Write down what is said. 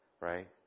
right